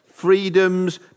freedoms